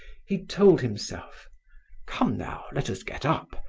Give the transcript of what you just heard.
he told himself come now, let us get up,